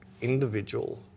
individual